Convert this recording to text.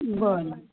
बरं